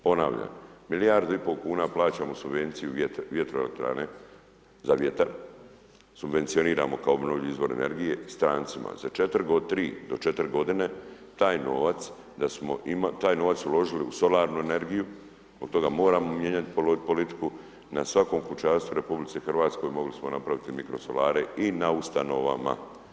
Ponavljam, milijardu i pol kuna plaćamo subvenciju vjetroelektrane, za vjetar, subvencioniramo kao obnovljivi izvor energije strancima, za 3-4 godine taj novac da smo taj novac uložili u solarnu energiju, od toga moramo mijenjati politiku, na svakom kućanstvu u RH mogli smo napraviti mikro solarij i na Ustanovama.